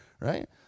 right